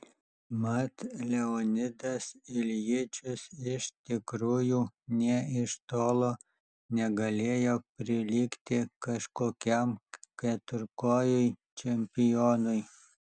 mat leonidas iljičius iš tikrųjų nė iš tolo negalėjo prilygti kažkokiam keturkojui čempionui